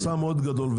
זה חסם מאוד גדול.